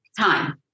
time